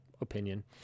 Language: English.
opinion